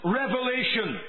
revelation